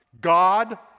God